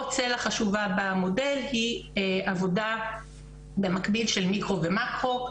עוד צלע חשובה במודל היא עבודה מקביל של מיקרו ומקרו,